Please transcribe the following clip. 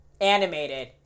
animated